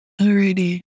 Alrighty